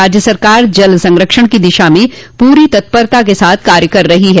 राज्य सरकार जल संरक्षण की दिशा में पूरी तत्परता के साथ कार्य कर रही है